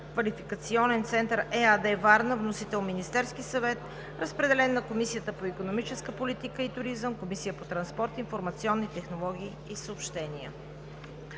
квалификационен център“ ЕАД – Варна. Вносител – Министерският съвет. Разпределен е на Комисията по икономическа политика и туризъм, Комисията по транспорт, информационни технологии и съобщения.